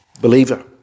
believer